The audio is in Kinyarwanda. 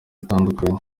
itandukanye